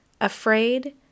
afraid